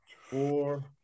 Four